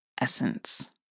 essence